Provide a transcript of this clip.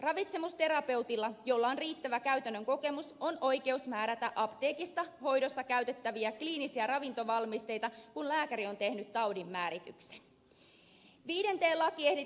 ravitsemusterapeutilla jolla on riittävä käytännön kokemus on oikeus määrätä apteekista hoidossa käytettäviä kliinisiä ravintovalmisteita kun lääkäri on tehnyt taudinmäärityksen